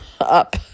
up